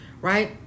right